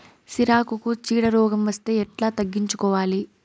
సిరాకుకు చీడ రోగం వస్తే ఎట్లా తగ్గించుకోవాలి?